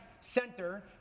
center